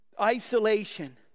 isolation